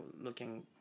looking